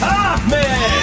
Hoffman